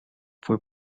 fue